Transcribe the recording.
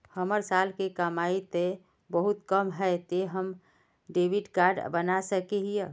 हमर साल के कमाई ते बहुत कम है ते हम डेबिट कार्ड बना सके हिये?